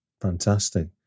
Fantastic